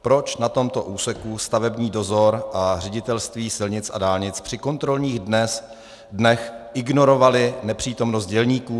Proč na tomto úseku stavební dozor a Ředitelství silnic a dálnic při kontrolních dnech ignorovaly nepřítomnost dělníků?